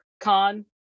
con